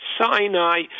Sinai